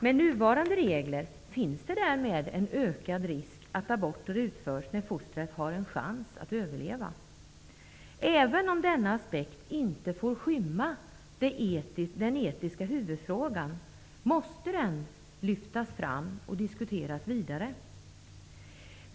Med nuvarande regler finns det därmed ökad risk att aborter utförs när fostret har en chans att överleva. Även om denna aspekt inte får skymma den etiska huvudfrågan, måste den lyftas fram och diskuteras vidare.